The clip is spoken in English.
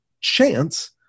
chance